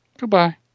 goodbye